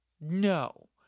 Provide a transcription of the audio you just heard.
no